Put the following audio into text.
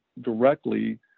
directly